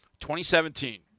2017